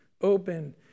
open